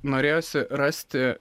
norėjosi rasti